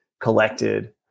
collected